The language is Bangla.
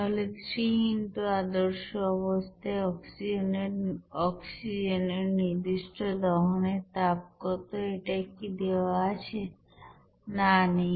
তাহলে 3 x আদর্শ অবস্থায় অক্সিজেনের নির্দিষ্ট দহনের তাপ কত এটা কি দেওয়া আছে না নেই